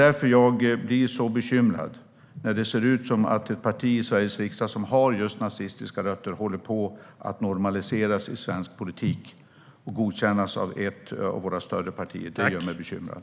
Därför blir jag bekymrad när det ser ut som om ett parti i Sveriges riksdag som har just nazistiska rötter håller på att normaliseras i svensk politik och godkännas av ett av våra större partier. Det gör mig bekymrad.